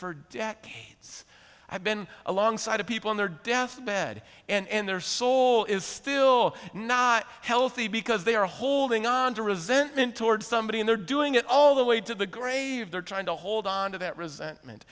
have been alongside of people on their deathbed and their soul is still not healthy because they are holding on to resentment towards somebody and they're doing it all the way to the grave they're trying to hold on to that resentment